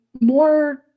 more